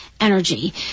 energy